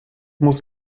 muss